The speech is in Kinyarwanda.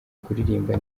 kuririmba